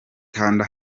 kanda